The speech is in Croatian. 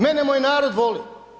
Mene moj narod voli.